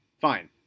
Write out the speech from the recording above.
Fine